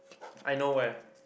I know where